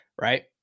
Right